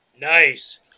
Nice